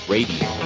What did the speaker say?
Radio